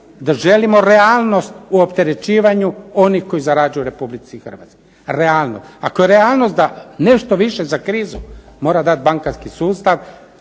da želimo realnost u opterećivanju onih koji zarađuju u RH. Realnost, ako je realnost da nešto više za krizu mora dati bankarski sustav